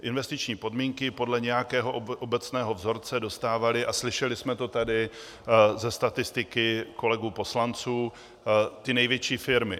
Investiční pobídky podle nějakého obecného vzorce dostávaly a slyšeli jsme to tady ze statistiky kolegů poslanců ty největší firmy.